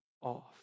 off